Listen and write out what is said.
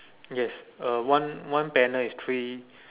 yes uh one one banner is three